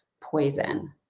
poison